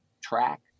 track